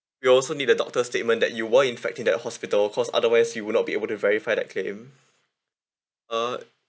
we also need the doctor's statement that you were in fact in the hospital cause otherwise you'll not able to verify that claim uh